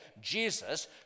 Jesus